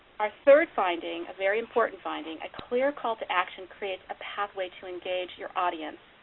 our third finding, a very important finding, a clear call to action creates a pathway to engage your audience,